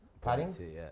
padding